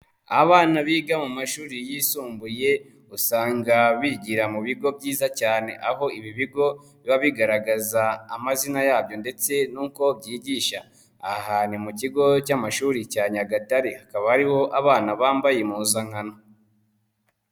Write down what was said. Abana biga mu mashuri yisumbuye usanga bigira mu bigo byiza cyane, aho ibi bigo biba bigaragaza amazina yabyo ndetse nuko byigisha. Aha ni mu kigo cy'amashuri cya Nyagatare hakaba ariho abana bambaye impuzankano.